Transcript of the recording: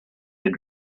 had